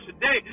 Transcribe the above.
today